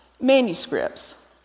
manuscripts